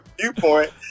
viewpoint